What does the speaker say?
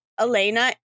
Elena